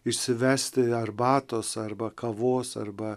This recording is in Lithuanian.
išsivesti arbatos arba kavos arba